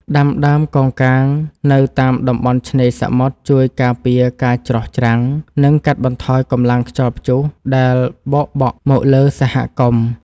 ដាំដើមកោងកាងនៅតាមតំបន់ឆ្នេរសមុទ្រជួយការពារការច្រោះច្រាំង និង កាត់បន្ថយកម្លាំងខ្យល់ព្យុះដែលបោកបក់មកលើសហគមន៍។